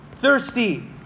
Thirsty